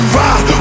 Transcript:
ride